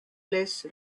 less